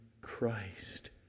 Christ